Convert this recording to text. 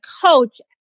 coach